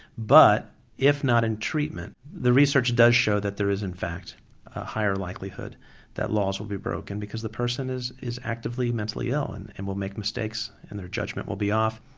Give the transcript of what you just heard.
but if not in treatment the research does show that there is in fact a higher likelihood that laws will be broken because the person is is actively mentally ill and and will make mistakes and their judgment will be off.